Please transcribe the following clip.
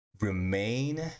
remain